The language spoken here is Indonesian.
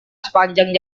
sepanjang